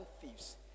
thieves